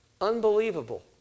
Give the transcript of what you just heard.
Unbelievable